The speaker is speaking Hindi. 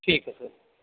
ठीक है सर